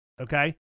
Okay